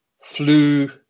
flew